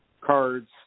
cards